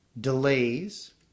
delays